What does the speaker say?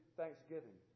thanksgiving